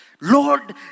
Lord